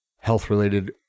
Health-related